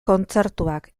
kontzertuak